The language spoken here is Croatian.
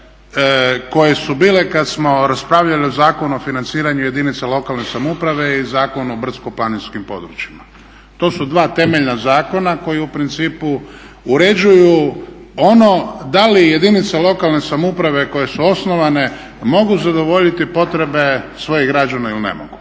kada smo bile kada smo raspravljali o Zakonu o financiranju jedinice lokalne samouprave i Zakonu o brdsko-planinskim područjima. to su dva temeljna zakona koja u principu uređuju ono da li jedinice lokalne samouprave koje su osnovane mogu zadovoljiti potrebe svojih građana ili ne mogu.